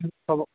ম হ'ব